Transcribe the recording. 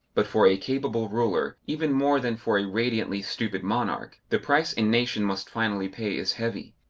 but for a capable ruler, even more than for a radiantly stupid monarch, the price a nation must finally pay is heavy.